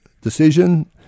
decision